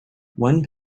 one